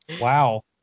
Wow